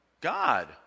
God